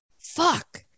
Fuck